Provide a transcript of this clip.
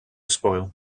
spoil